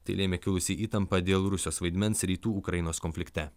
tai lėmė kilusi įtampa dėl rusijos vaidmens rytų ukrainos konflikte